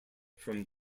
from